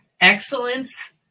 Excellence